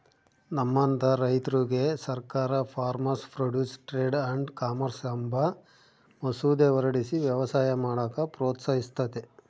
ನಮ್ಮಂತ ರೈತುರ್ಗೆ ಸರ್ಕಾರ farmers produce trade and commerce ಅಂಬ ಮಸೂದೆ ಹೊರಡಿಸಿ ವ್ಯವಸಾಯ ಮಾಡಾಕ ಪ್ರೋತ್ಸಹಿಸ್ತತೆ